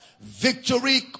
Victory